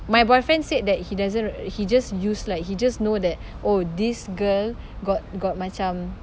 my boyfriend said that he doesn't he just use like he just know that oh this girl got got macam